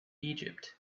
egypt